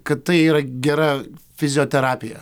kad tai yra gera fizioterapija